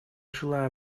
желаем